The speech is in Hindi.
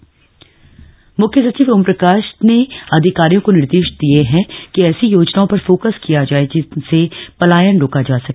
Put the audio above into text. पलायन रोकथाम योजना मुख्य सचिव ओमप्रकाश ने अधिकारियों को निर्देश दिये है कि ऐसी योजनाओं पर फोकस किया जाए जिनसे पलायन रोका जा सके